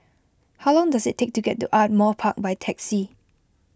how long does it take to get to Ardmore Park by taxi